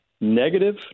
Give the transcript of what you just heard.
negative